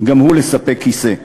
גם הוא לספק כיסא.